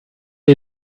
you